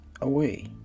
away